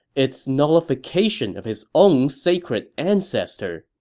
it's nullification of his own sacred ancestor.